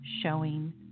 showing